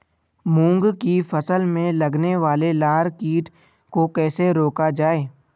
मूंग की फसल में लगने वाले लार कीट को कैसे रोका जाए?